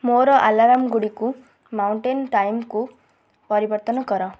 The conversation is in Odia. ମୋର ଅଲାର୍ମଗୁଡ଼ିକୁ ମାଉଣ୍ଟେନ୍ ଟାଇମ୍କୁ ପରିବର୍ତ୍ତନ କର